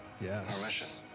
Yes